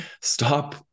stop